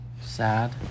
Sad